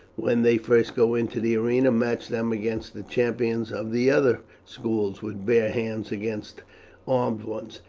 when they first go into the arena, match them against the champions of the other schools with bare hands against armed ones,